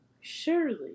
Surely